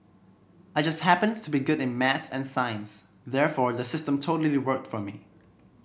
I just happened to be good in maths and sciences therefore the system totally worked for me